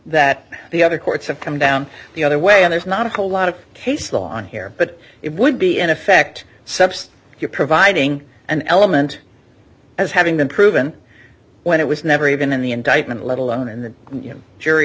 that the other courts have come down the other way and there's not a whole lot of case law on here but it would be in effect subst if you're providing an element as having been proven when it was never even in the indictment let alone in the jury